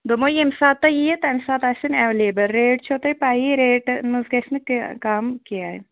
دوٚپمَو ییٚمہِ ساتہٕ تُہۍ یِیِو تَمہِ ساتہٕ آسٮ۪ن ایٚویلیبُل ریٹ چھَو تۄہہِ پَیی ریٹہِ منٛز گژھِ نہٕ کیٚنٛہہ تہِ کم کیٚنٛہہ